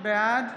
בעד